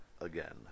again